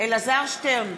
אלעזר שטרן,